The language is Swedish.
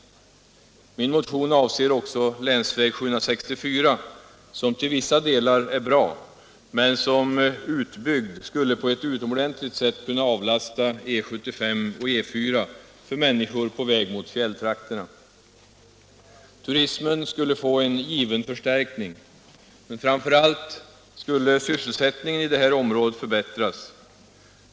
Min motion avser också länsväg 764, som till vissa delar är bra men som utbyggd skulle på ett utomordentligt sätt kunna avlasta E 75 och E 4 för människor på väg mot fjälltrakterna. Turismen skulle få en given förstärkning. Men framför allt skulle sysselsättningen i det här området förbättras.